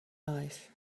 life